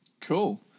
Cool